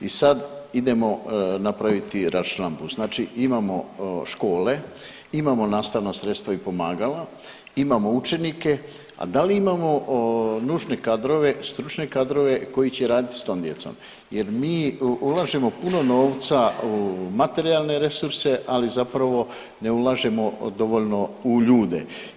I sad idemo na … znači imamo škole, imamo nastavna sredstva i pomagala, imamo učenike, a da li imamo nužne kadrove, stručne kadrove koji će raditi s tom djecom jer mi ulažemo puno novca u materijalne resurse, ali zapravo ne ulažemo dovoljno u ljude.